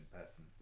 person